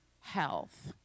health